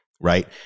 right